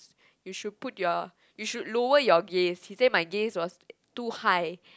you should put your you should lower your gaze he say my gaze was too high